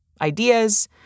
ideas